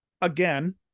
again